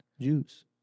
Jews